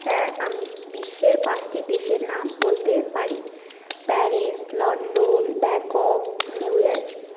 হ্যাঁ আমি বিশ্বের পাঁচটি দেশের নাম বলতে পারি Paris London Bangkok New York